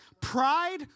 pride